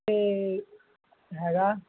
ਅਤੇ ਹੈਗਾ